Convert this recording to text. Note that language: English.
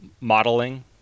modeling